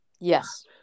Yes